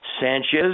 Sanchez